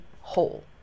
hole